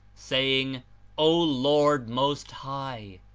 saying o lord most high!